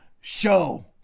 show